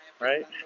Right